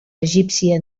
egípcia